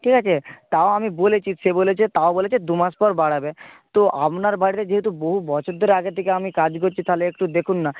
ঠিক আছে তাও আমি বলেছি সে বলেছে তাও বলেছে দু মাস পর বাড়াবে তো আপনার বাড়িতে যেহেতু বহু বছর ধরে আগে থেকে আমি কাজ করছি তাহলে একটু দেখুন না